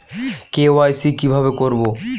KYC কিভাবে করব?